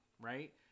right